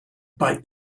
bite